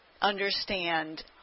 understand